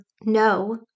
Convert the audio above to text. no